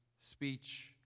speech